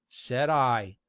said i,